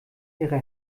ihre